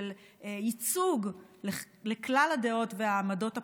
של ייצוג לכלל הדעות והעמדות הפוליטיות,